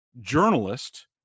journalist